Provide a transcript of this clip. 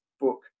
book